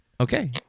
Okay